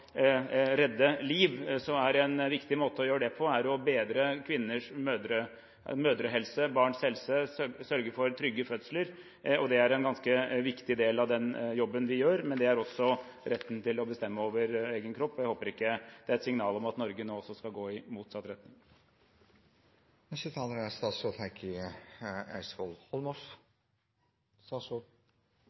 redde liv, er en viktig måte å gjøre det på å bedre kvinners mødrehelse, barns helse og sørge for trygge fødsler. Det er en ganske viktig del av den jobben vi gjør, men det er også retten til å bestemme over egen kropp. Jeg håper ikke det er et signal om at Norge nå skal gå i motsatt